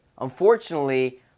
unfortunately